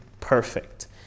perfect